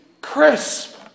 crisp